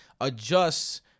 adjusts